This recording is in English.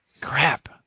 Crap